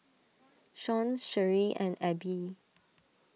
Shawn Sherree and Abby